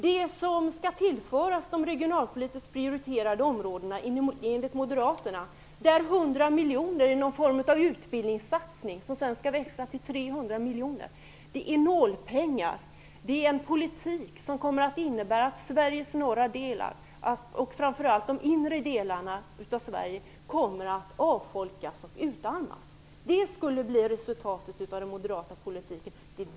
Det som skall tillföras de regionalpolitiskt prioriterade områdena enligt moderaterna är 100 miljoner i form av utbildningssatsning som sedan skall växa till 300 miljoner. Det är nålpengar. Det är en politik som kommer att innebära att Sveriges norra delar, framför de inre delarna av Sverige, kommer att avfolkas och utarmas. Det skulle bli resultatet av den moderata politiken.